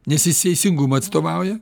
nes jis teisingumą atstovauja